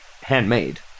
handmade